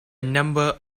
number